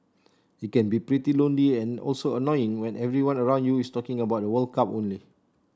it can be pretty lonely and also annoying when everyone around you is talking about the World Cup only